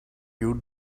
you